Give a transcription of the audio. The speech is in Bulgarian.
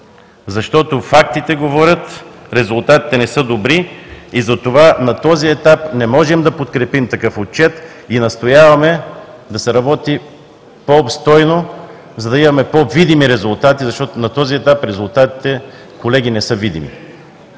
защото фактите говорят – резултатите не са добри. Затова на този етап не можем да подкрепим такъв Отчет и настояваме да се работи по-обстойно, за да имаме по-видими резултати, защото на този етап резултатите, колеги, не са видими.